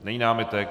Není námitek.